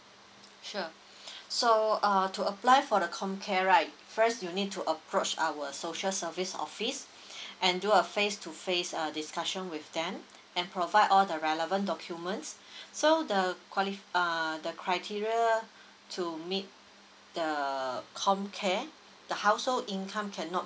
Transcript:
sure so uh to apply for the comcare right first you need to approach our social service office and do a face to face uh discussion with them and provide all the relevant documents so the qualify err the criteria to meet the comcare the household income cannot